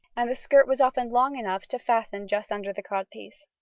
and this skirt was often long enough to fasten just under the codpiece.